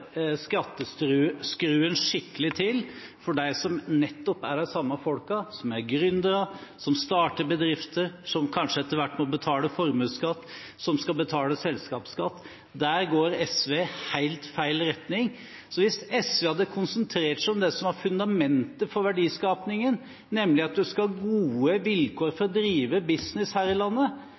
skatteskruen skikkelig til for nettopp de samme folkene, som er gründere, som starter bedrifter, som kanskje etter hvert må betale formuesskatt, som skal betale selskapsskatt – der går SV i helt feil retning. Hvis SV hadde konsentrert seg om det som var fundamentet for verdiskapingen, nemlig at man skal ha gode vilkår for å drive business her i landet,